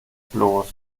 bloß